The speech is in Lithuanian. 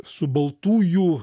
su baltųjų